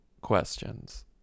questions